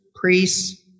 priests